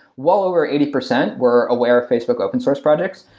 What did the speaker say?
well over eighty percent were aware of facebook open source projects.